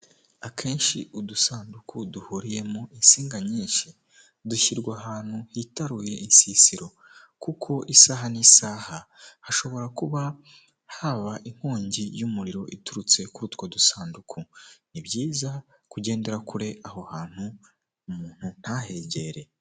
Akenshi udusanduku duhuriyemo insinga nyinshi dushyirwa ahantu hitaruye insisiro, kuko isaha n'isaha hashobora kuba haba inkongi y'umuriro iturutse kuri utwo dusanduku, ni byiza kugendera kure aho hantu umuntu ntahegere.